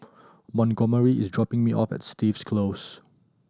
Montgomery is dropping me off at Stevens Close